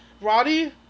Roddy